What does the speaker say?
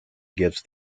gives